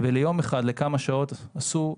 ויום אחד בכמה שעות השתתפו.